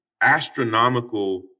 astronomical